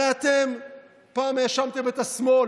הרי פעם האשמתם את השמאל.